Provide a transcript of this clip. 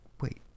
wait